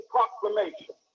Proclamation